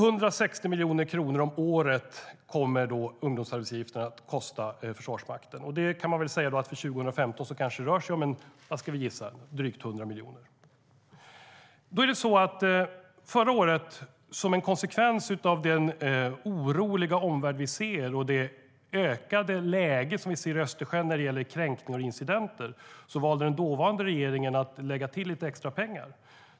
Ungdomsarbetsgivaravgifterna kommer att kosta Försvarsmakten 266 miljoner kronor. För 2015 rör det sig kanske om drygt 100 miljoner kronor. Förra året, som en konsekvens av den oroliga omvärld vi ser och det ökade antalet kränkningar och incidenter som vi ser i Östersjön, valde den dåvarande regeringen att lägga till lite extra pengar.